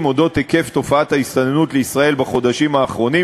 על אודות היקף תופעת ההסתננות לישראל בחודשים האחרונים,